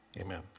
Amen